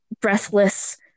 breathless